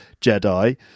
Jedi